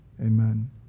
amen